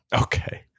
Okay